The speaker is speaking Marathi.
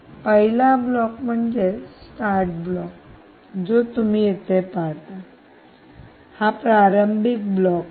पहिला ब्लॉक म्हणजे स्टार्ट ब्लॉक आहे जो तुम्ही येथे पाहता हा प्रारंभिक ब्लॉक आहे